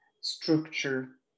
structure